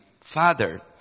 Father